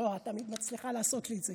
מור, את תמיד מצליחה לעשות לי את זה